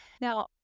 Now